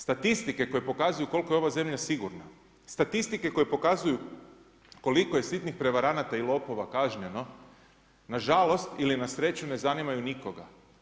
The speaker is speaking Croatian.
Statistike koje pokazuju koliko je ova zemlja sigurna, statistike koje pokazuju koliko je sitnih prevaranata i lopova kažnjeno, nažalost ili na sreću ne zanimaju nikoga.